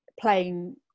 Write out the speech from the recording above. playing